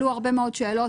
עלו הרבה מאוד שאלות.